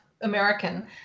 American